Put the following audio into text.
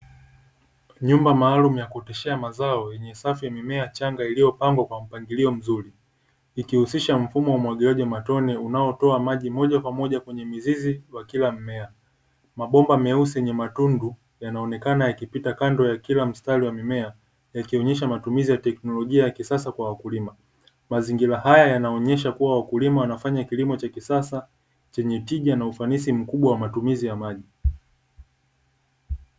Nyumba maalumu ya kuoteshea mazao, yenye safu ya mimea changa iliyopandwa kwa mpangilio mzuri, ikihusisha mfumo wa umwagiliaji wa matone unaotoa maji moja kwa moja kwenye mizizi ya kila mimea. Mabomba meusi yenye matundu yanaonekana yakipita kando ya kila mstari wa mmea, yakionyesha matumizi ya teknolojia ya kisasa kwa wakulima. Mazingira haya yanaonyesha kuwa wakulima wanafanya kilimo cha kisasa chenye tija na ufanisi mkubwa wa maji.